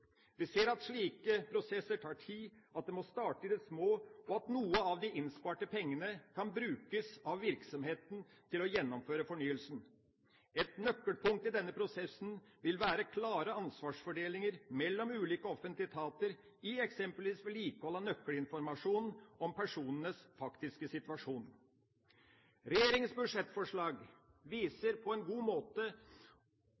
Vi ser at slike prosesser tar tid, at det må starte i det små, og at noen av de innsparte pengene kan brukes av virksomheten til å gjennomføre fornyelsen. Et nøkkelpunkt i denne prosessen vil være klar ansvarsfordeling mellom ulike offentlige etater i eksempelvis vedlikehold av nøkkelinformasjon om personers faktiske situasjon. Regjeringas budsjettforslag